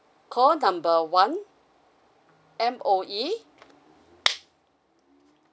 call number one M_O_E